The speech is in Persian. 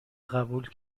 قبول